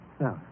No